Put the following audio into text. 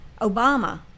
Obama